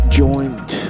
joint